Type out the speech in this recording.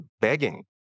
begging